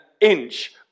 inch